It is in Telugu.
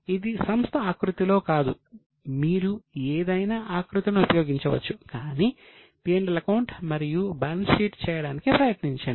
ఇది సంస్థ ఆకృతి లో కాదు మీరు ఏదైనా ఆకృతిని ఉపయోగించవచ్చు కానీ P L అకౌంట్ మరియు బ్యాలెన్స్ షీట్ చేయడానికి ప్రయత్నించండి